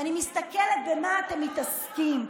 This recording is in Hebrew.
ואני מסתכלת במה אתם מתעסקים,